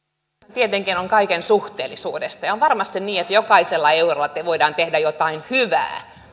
tietenkin on kaiken suhteellisuudesta ja on varmasti niin että jokaisella eurolla voidaan tehdä jotain hyvää